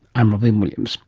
i'm robyn williams